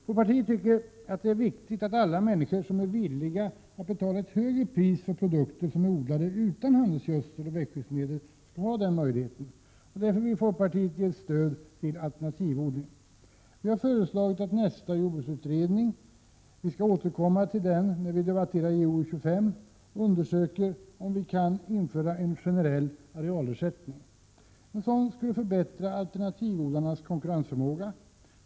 Folkpartiet tycker att det är viktigt att alla människor som är villiga att betala ett högre pris för produkter som är odlade utan handelsgödsel och växtskyddsmedel skall ha den möjligheten, och därför vill folkpartiet ge ett stöd till de s.k. alternativodlarna. Vi har föreslagit att nästa jordbruksutredning — vi skall återkomma till denna när vi debatterar jordbruksutskottets betänkande 25 — undersöker om man kan införa en generell arealersättning. En sådan skulle förbättra alternativodlarnas konkurrensförmåga.